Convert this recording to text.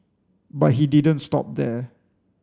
but he didn't stop there